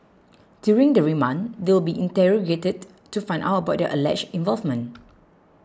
during the remand they will be interrogated to find out about their alleged involvement